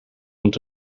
rond